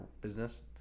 business